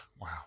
Wow